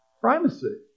primacy